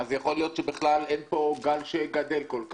כך שאולי אין פה גל שבאמת גדל כל כך,